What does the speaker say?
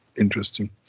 interesting